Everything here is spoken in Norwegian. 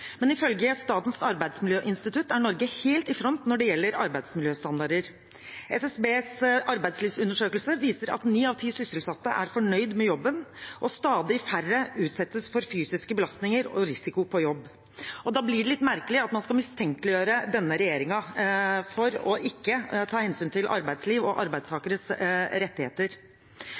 men ifølge Statens arbeidsmiljøinstitutt er Norge helt i front når det gjelder arbeidsmiljøstandarder. SSBs arbeidslivsundersøkelse viser at ni av ti sysselsatte er fornøyde med jobben, og at stadig færre utsettes for fysiske belastninger og risiko på jobb. Da blir det litt merkelig at man mistenkeliggjør denne regjeringen for ikke å ta hensyn til arbeidsliv og arbeidstakeres rettigheter.